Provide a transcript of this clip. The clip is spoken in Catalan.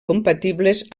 compatibles